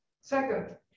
Second